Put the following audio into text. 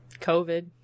COVID